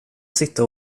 sitta